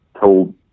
told